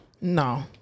No